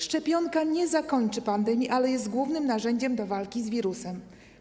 Szczepionka nie zakończy pandemii, ale jest głównym narzędziem do walki z wirusem.